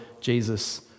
Jesus